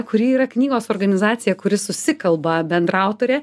kuri yra knygos organizacija kuri susikalba bendraautorė